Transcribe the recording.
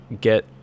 get